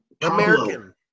American